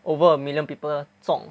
over a million people 中